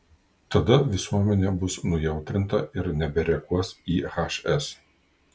tada visuomenė bus nujautrinta ir nebereaguos į hs